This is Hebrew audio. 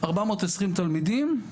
420 תלמידים,